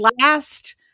last